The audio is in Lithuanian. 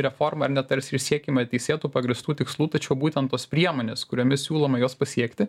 reforma ar ne tarsi ir siekiama teisėtų pagrįstų tikslų tačiau būtent tos priemonės kuriomis siūloma juos pasiekti